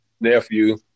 nephew